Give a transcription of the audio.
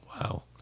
Wow